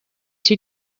too